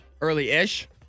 Early-ish